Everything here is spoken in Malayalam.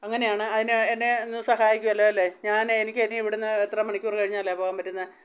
അങ്ങനെയാണ് അതിന് എന്നെ ഒന്ന് സഹായിക്കുവല്ലോ അല്ലേ ഞാനെ എനിക്ക് ഇനി ഇവിടുന്ന് എത്ര മണിക്കൂറ് കഴിഞ്ഞാലാ പോകാൻ പറ്റുന്നത്